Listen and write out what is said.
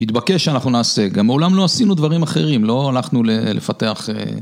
התבקש שאנחנו נעשה, גם מעולם לא עשינו דברים אחרים, לא הלכנו לפתח...